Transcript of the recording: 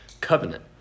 covenant